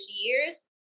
years